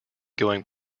going